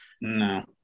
No